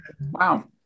Wow